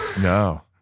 no